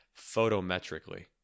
photometrically